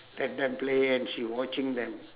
let them play and she watching them